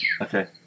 okay